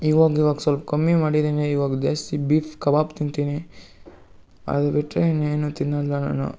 ಇವಾಗ ಇವಾಗ ಸಲ್ಪ ಕಮ್ಮಿ ಮಾಡಿದೀನಿ ಇವಾಗ ಜಾಸ್ತಿ ಬೀಫ್ ಕಬಾಬ್ ತಿಂತೀನಿ ಅದು ಬಿಟ್ಟರೆ ಇನ್ನೇನೂ ತಿನ್ನೋಲ್ಲ ನಾನು